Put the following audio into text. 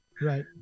Right